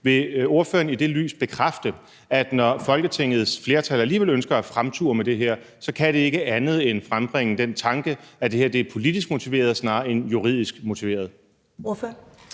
Vil ordføreren i det lys bekræfte, at når Folketingets flertal alligevel ønsker at fremture med det her, kan det ikke andet end frembringe den tanke, at det her er politisk motiveret snarere end juridisk motiveret? Kl.